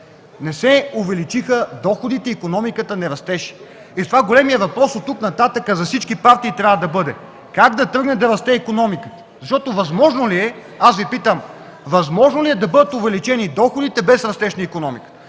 Не се увеличиха доходите, икономиката не растеше и затова големият въпрос оттук нататък за всички партии трябва да бъде: как да тръгне да расте икономиката? Възможно ли е, аз Ви питам, да бъдат увеличени доходите без растеж на икономиката?